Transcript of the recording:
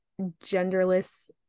genderless